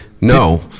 No